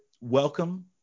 welcome